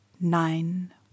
nine